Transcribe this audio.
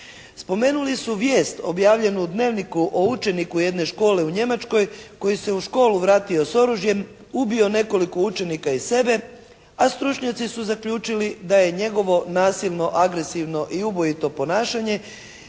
Spomenuli su vijest objavljenu u Dnevniku o učeniku jedne škole u Njemačkoj koji se u školu vratio s oružjem, ubio nekoliko učenika i sebe a stručnjaci su zaključili da je na njegovo nasilno, agresivno i ubojito ponašanje